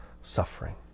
suffering